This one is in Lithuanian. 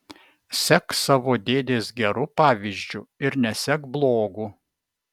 sek savo dėdės geru pavyzdžiu ir nesek blogu